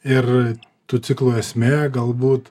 ir tų ciklų esmė galbūt